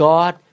God